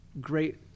great